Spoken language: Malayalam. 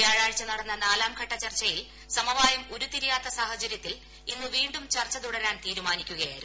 വ്യാഴാഴ്ച നടന്ന നാലാംഘട്ട ചർച്ചയിൽ സമവായം ഉരുത്തിരിയാത്ത സാഹചര്യത്തിൽ ഇന്ന് വീണ്ടും ചർച്ച തുടരാൻ തീരുമാനിക്കുകയായിരുന്നു